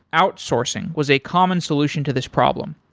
outsourcing was a common solution to this problem.